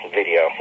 video